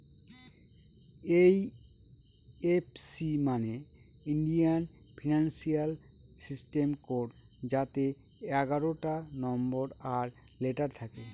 IFC মানে Indian financial system code যাতে এগারোটা নম্বর আর লেটার থাকে